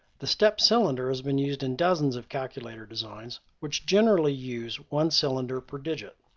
the stepped cylinder has been used in dozens of calculator designs, which generally use one cylinder per digit.